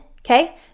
okay